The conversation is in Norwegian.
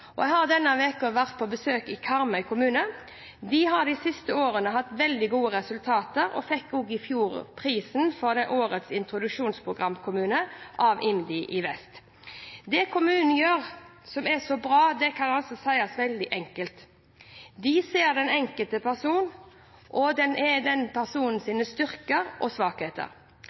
og denne uka har jeg vært på besøk i Karmøy kommune. De har de siste årene hatt veldig gode resultater og fikk i fjor prisen som årets introduksjonsprogramkommune av IMDi Vest. Det kommunen gjør som er så bra, kan sies veldig enkelt: De ser den enkelte personen, både dens styrker og svakheter. Det er den enkeltes behov som er utgangspunktet for den